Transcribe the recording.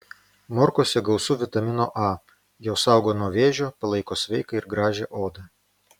morkose gausu vitamino a jos saugo nuo vėžio palaiko sveiką ir gražią odą